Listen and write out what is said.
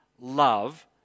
love